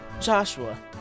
Joshua